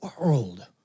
world